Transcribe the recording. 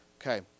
okay